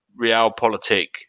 realpolitik